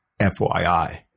FYI